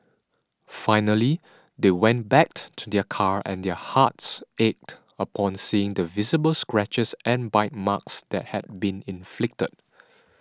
finally they went back to their car and their hearts ached upon seeing the visible scratches and bite marks that had been inflicted